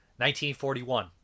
1941